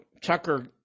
Tucker